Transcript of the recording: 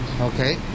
okay